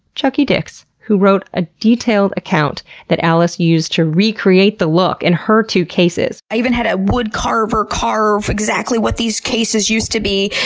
chucky dicks. who wrote a detailed account that allis used to recreate the look in her two cases. i even had a wood carver carve exactly what these cases used to be.